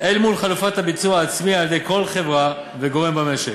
אל מול חלופת הביצוע העצמי על-ידי כל חברה וגורם במשק.